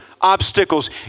obstacles